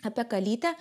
apie kalytę